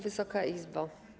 Wysoka Izbo!